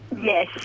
Yes